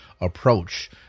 approach